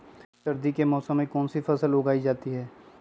सर्दी के मौसम में कौन सी फसल उगाई जाती है?